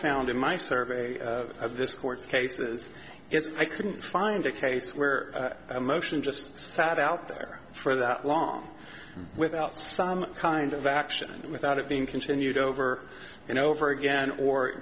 found in my survey of this court's cases is i couldn't find a case where a motion just sat out there for that long without some kind of action without it being continued over and over again or